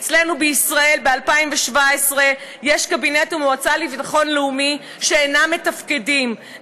אצלנו בישראל ב-2017 יש קבינט ומועצה לביטחון לאומי שאינם מתפקדים,